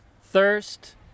thirst